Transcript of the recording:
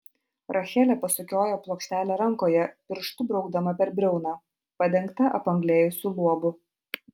rachelė pasukiojo plokštelę rankoje pirštu braukdama per briauną padengtą apanglėjusiu luobu